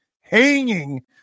hanging